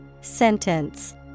Sentence